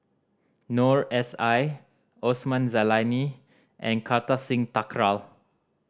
Noor S I Osman Zailani and Kartar Singh Thakral